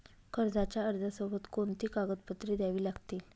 कर्जाच्या अर्जासोबत कोणती कागदपत्रे द्यावी लागतील?